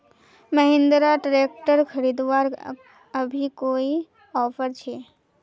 Mahindra tractor खरीदवार अभी कोई ऑफर छे?